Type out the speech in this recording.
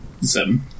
Seven